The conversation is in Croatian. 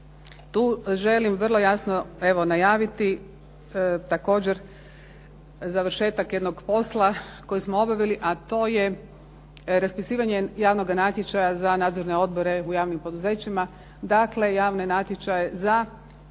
Tu želim vrlo jasno evo najaviti također završetak jednog posla koji smo obavili, a to je raspisivanje javnoga natječaja za nadzorne odbore u javnim poduzećima. Dakle javne natječaje za